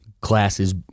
classes